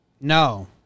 No